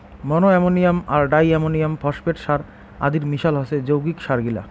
মনো ammonium আর di ammonium phosphate সার আদির মিশাল হসে যৌগিক সারগিলা